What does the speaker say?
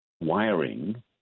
wiring